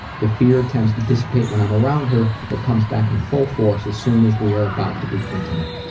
the fear tends to dissipate when i'm around her, but comes back in and full force as soon as we are about to be intimate.